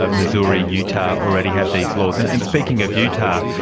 ah missouri, utah, already have these laws. and and speaking of utah,